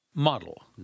model